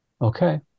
okay